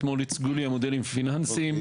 אתמול ייצגו לי מודלים פיננסים.